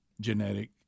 genetic